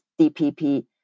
DPP